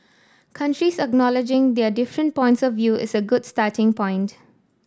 countries acknowledging their different points of view is a good starting point